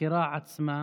בחקירה עצמה